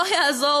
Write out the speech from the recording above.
לא יעזור,